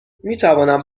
میتوانم